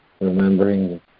remembering